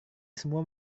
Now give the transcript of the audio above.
semua